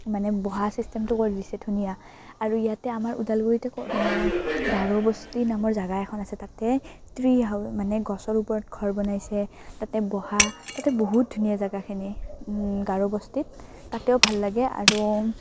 মানে বহা চিষ্টেমটো কৰি দিছে ধুনীয়া আৰু ইয়াতে আমাৰ ওদালগুৰিতে গাৰ'বস্তি নামৰ জাগা এখন আছে তাতে ট্ৰ্ৰী হাউ মানে গছৰ ওপৰত ঘৰ বনাইছে তাতে বহা তাতে বহুত ধুনীয়া জাগাখিনি গাৰবস্তিত তাতেও ভাল লাগে আৰু